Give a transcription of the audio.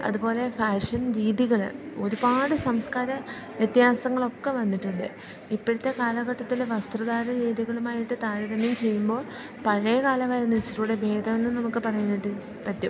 അതുപോലെ ഫാഷൻ രീതികൾ ഒരുപാട് സംസ്കാര വ്യത്യാസങ്ങളൊക്ക വന്നിട്ടുണ്ട് ഇപ്പോഴത്തെ കാലഘട്ടത്തിൽ വസ്ത്രധാരണ രീതികളുമായിട്ട് താരതമ്യം ചെയ്യുമ്പോൾ പഴയ കാലമായിരുന്നു ഇച്ചിരികൂടെ ഭേദം എന്നു നമുക്ക് പറയാനായിട്ട് പറ്റും